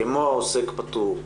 כמו עוסק פטור,